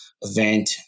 event